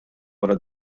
wara